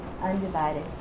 undivided